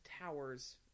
towers